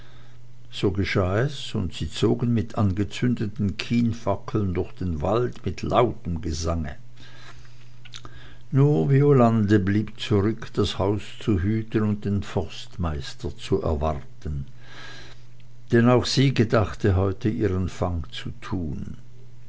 so geschah es und sie zogen mit angezündeten kienfackeln durch den wald mit lautem gesange nur violande blieb zurück das haus zu hüten und den forstmeister zu erwarten denn auch sie gedachte heute ihren fang zu tun